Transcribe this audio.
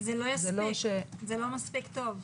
זה לא מספיק טוב.